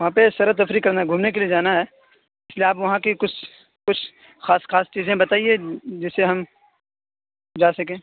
وہاں پہ سیر و تفریح کرنا گھومنے کے لیے جانا ہے اس لیے آپ وہاں کی کچھ کچھ خاص خاص چیزیں بتائیے جسے ہم جا سکیں